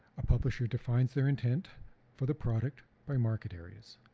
a publisher defines their intent for the product by market areas.